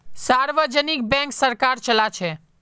सार्वजनिक बैंक सरकार चलाछे